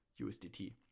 USDT